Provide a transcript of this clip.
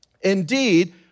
Indeed